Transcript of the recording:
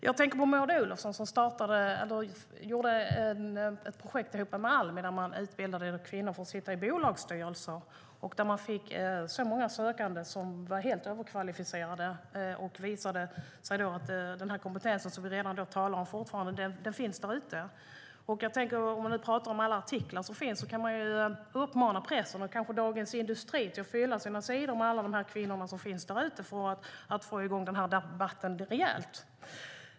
Jag tänker på Maud Olofssons projekt ihop med Almi, där kvinnor utbildades för att sitta i bolagsstyrelser och där så många sökande var helt överkvalificerade. Det visade sig att den kompetens vi talar om redan finns där ute. Om man nu talar om alla artiklar som finns kan man uppmana pressen - kanske Dagens Industri - att fylla sina sidor med alla de kvinnor som finns där ute, för att få i gång debatten rejält.